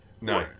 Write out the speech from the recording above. No